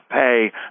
pay